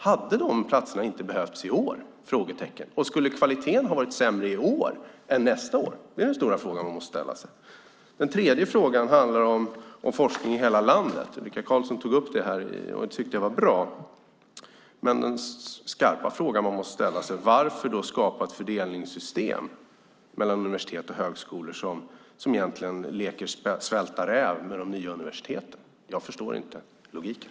Hade inte de platserna behövts i år? Och skulle kvaliteten ha varit sämre i år än vad den blir nästa år? Det är den andra stora frågan man måste ställa sig. Den tredje frågan handlar om forskning i hela landet. Ulrika Carlsson tog upp det här, och det tycker jag var bra. Men den skarpa frågan man måste ställa sig är: Varför då skapa ett fördelningssystem mellan universitet och högskolor som egentligen leker Svälta räv med de nya universiteten? Jag förstår inte logiken.